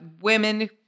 women